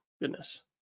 goodness